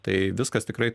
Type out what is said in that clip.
tai viskas tikrai